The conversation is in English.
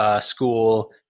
School